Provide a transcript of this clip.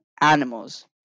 animals